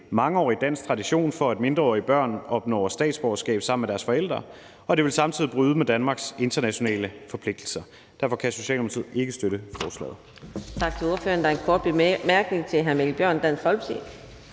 mangeårig dansk tradition for, at mindreårige børn opnår statsborgerskab sammen med deres forældre, og det vil samtidig bryde med Danmarks internationale forpligtelser. Derfor kan Socialdemokratiet ikke støtte forslaget.